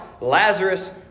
Lazarus